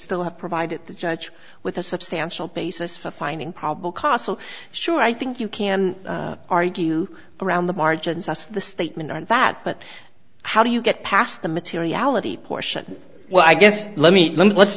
still have provided the judge with a substantial basis for finding probable cause so sure i think you can argue around the margins as the statement that but how do you get past the materiality portion well i guess let me let